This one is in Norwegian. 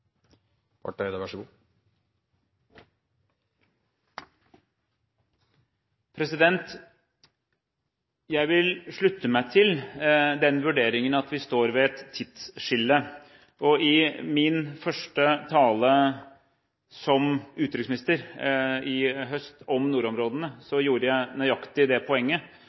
Jeg vil slutte meg til den vurderingen at vi står ved et tidsskille. I min første tale som utenriksminister i høst om nordområdene hadde jeg nøyaktig det poenget,